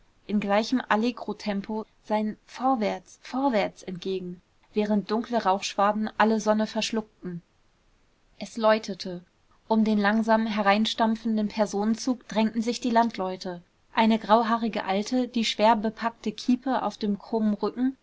in gleichem allegrotempo sein vorwärts vorwärts entgegen während dunkle rauchschwaden alle sonne verschluckten es läutete um den langsam hereinstampfenden personenzug drängten sich die landleute eine grauhaarige alte die schwer bepackte kiepe auf dem krummen rücken